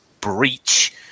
breach